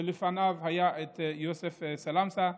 ולפניו היה יוסף סלמסה,